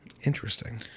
Interesting